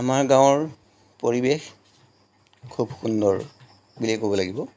আমাৰ গাঁৱৰ পৰিৱেশ খুব সুন্দৰ বুলিয়েই ক'ব লাগিব